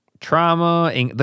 Trauma